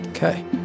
Okay